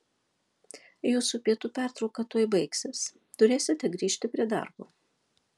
jūsų pietų pertrauka tuoj baigsis turėsite grįžti prie darbo